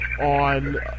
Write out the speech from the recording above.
on